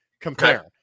compare